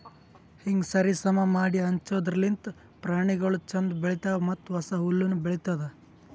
ಹೀಂಗ್ ಸರಿ ಸಮಾ ಮಾಡಿ ಹಂಚದಿರ್ಲಿಂತ್ ಪ್ರಾಣಿಗೊಳ್ ಛಂದ್ ಬೆಳಿತಾವ್ ಮತ್ತ ಹೊಸ ಹುಲ್ಲುನು ಬೆಳಿತ್ತುದ್